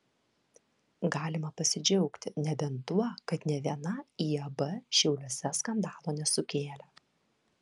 galima pasidžiaugti nebent tuo kad nė viena iab šiauliuose skandalo nesukėlė